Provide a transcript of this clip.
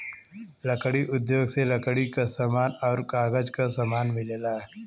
लकड़ी उद्योग से लकड़ी क समान आउर कागज क समान मिलेला